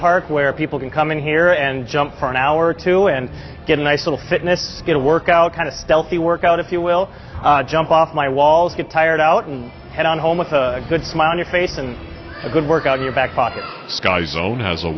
park where people can come in here and jump on our two and get a nice little fitness get a workout kind of healthy workout if you will jump off my walls get tired out and head on home with a good smile on your face and a good workout in your back pocket sky zone has a